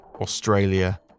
Australia